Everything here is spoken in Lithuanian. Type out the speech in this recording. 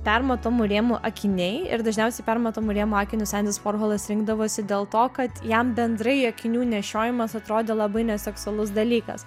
permatomų rėmų akiniai ir dažniausiai permatomų rėmų akinius endis vorholas rinkdavosi dėl to kad jam bendrai akinių nešiojimas atrodė labai neseksualus dalykas